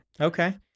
Okay